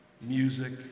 music